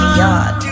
yard